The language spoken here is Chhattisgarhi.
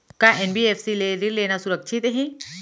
का एन.बी.एफ.सी ले ऋण लेना सुरक्षित हे?